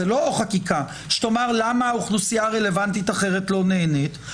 זאת לא חקיקה שתאמר למה אוכלוסייה רלוונטית אחרת לא נהנית,